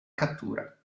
cattura